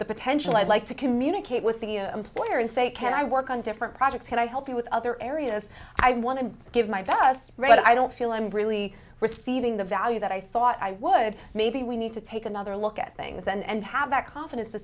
the potential i'd like to communicate with the employer and say can i work on different projects can i help you with other areas i want to give my best read i don't feel i'm really receiving the value that i thought i would maybe we need to take another look at things and have that confidence to